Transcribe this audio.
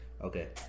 Okay